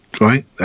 right